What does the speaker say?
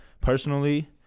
personally